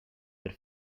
per